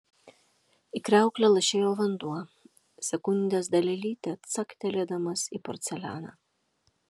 į kriauklę lašėjo vanduo sekundės dalelytę caktelėdamas į porcelianą